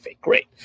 Great